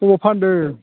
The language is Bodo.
अबाव फान्दों